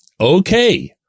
okay